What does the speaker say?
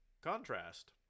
contrast